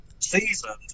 seasoned